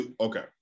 okay